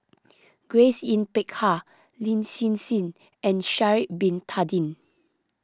Grace Yin Peck Ha Lin Hsin Hsin and Sha'ari Bin Tadin